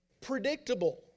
predictable